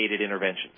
interventions